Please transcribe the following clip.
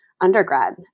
undergrad